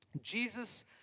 Jesus